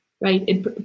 right